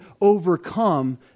overcome